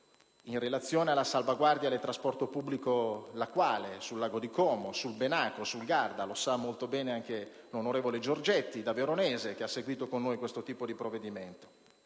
in relazione alla salvaguardia del trasporto pubblico lacuale, sul lago di Como, sul Garda. Lo sa molto bene anche l'onorevole Giorgetti, veronese, che ha seguito con noi questo tipo di provvedimento.